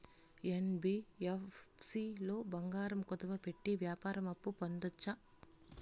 NBFC లో బంగారం కుదువు పెట్టి వ్యవసాయ అప్పు పొందొచ్చా?